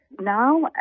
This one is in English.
now